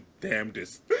damnedest